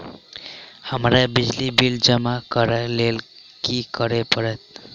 हमरा बिजली बिल जमा करऽ केँ लेल की करऽ पड़त?